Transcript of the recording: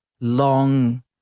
long